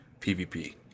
PvP